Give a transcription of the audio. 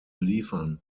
liefern